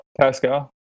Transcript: Pascal